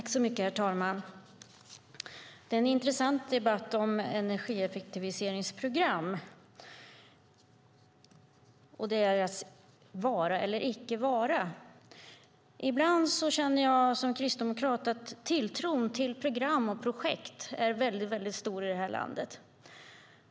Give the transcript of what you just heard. Herr talman! Det är en intressant debatt som förs om energieffektiviseringsprogrammet och dess vara eller icke vara. Ibland känner jag som kristdemokrat att tilltron till program och projekt är väldigt stor i det här landet.